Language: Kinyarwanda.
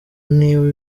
niba